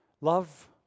Love